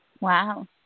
Wow